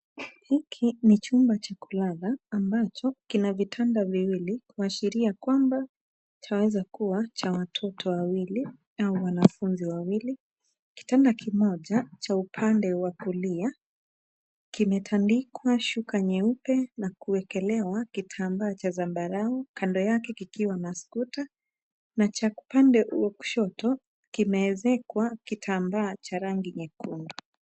Hiki ni chumba cha kulala, ambacho kina vitanda viwili, kuashiria kwamba chaweza kuwa cha watoto wawili, au wanafunzi wawili. Kitanda kimoja cha upande wa kulia, kimetandikwa shuka nyeupe na kuwekelewa kitambaa cha zambarau kando yake kikiwa na skuta. Na cha upande wa kushoto, kimeezekwa kitambaa cha rangi nyekundu.